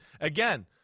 Again